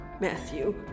Matthew